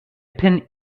pin